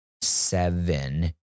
seven